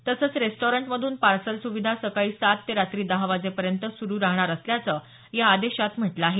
तसंच रेस्टॉरंटमधून पार्सल सुविधा सकाळी सात ते रात्री दहा वाजेपर्यंत सुरू राहणार असल्याचं या आदेशात म्हटलं आहे